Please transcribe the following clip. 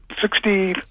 sixty